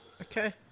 Okay